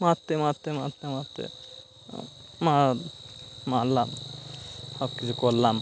মারতে মারতে মারতে মারতে মারলাম সব কিছু করলাম